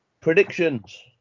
Predictions